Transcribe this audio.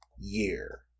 Year